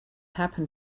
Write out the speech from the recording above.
happen